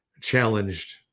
challenged